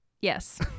Yes